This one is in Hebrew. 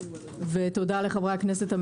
ותודה לחברי הכנסת המציעים.